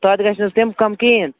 تَتھ گَژھِ نہٕ حظ تَمہِ کَم کِہیٖنٛۍ